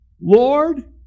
lord